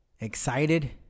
excited